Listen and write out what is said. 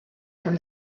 from